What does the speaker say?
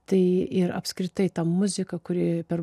tai ir apskritai ta muzika kuri per